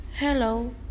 Hello